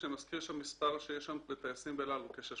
כשאני מזכיר שמספר הטייסים באל על הוא כ-650.